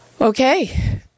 Okay